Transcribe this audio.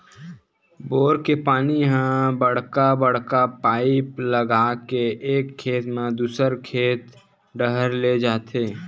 bore के पानी ल बड़का बड़का पाइप लगा के एक खेत ले दूसर खेत डहर लेगे जाथे